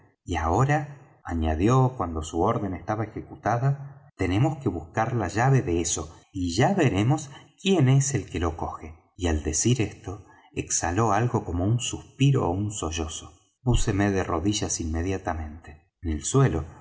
y ahora añadió cuando su orden estaba ejecutada tenemos que buscar la llave de eso y ya veremos quien es el que lo coje y al decir esto exhaló algo como un suspiro ó un sollozo púseme de rodillas inmediatamente en el suelo